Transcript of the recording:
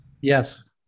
Yes